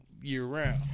year-round